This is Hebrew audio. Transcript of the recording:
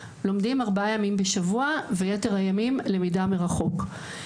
לומדים ארבעה ימים בשבוע ויתר הימים למידה מרחוק.